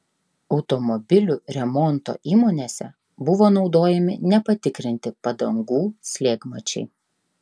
automobilių remonto įmonėse buvo naudojami nepatikrinti padangų slėgmačiai